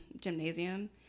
gymnasium